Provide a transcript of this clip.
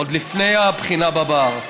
עוד לפני הבחינה בבר.